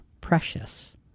precious